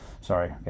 sorry